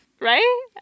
Right